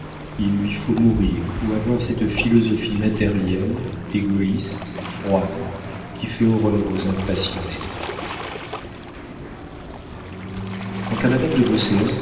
il faut mourir ou avoir cette philosophie matérielle égoïste froide qui fait horreur aux âmes passionnées quant à madame de